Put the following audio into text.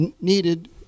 needed